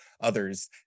others